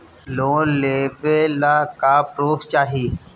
Loan लेवे ला का पुर्फ चाही?